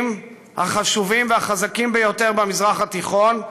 החשובים והחזקים ביותר במזרח התיכון,